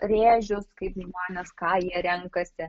rėžius kaip žmonės ką jie renkasi